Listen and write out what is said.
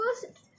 first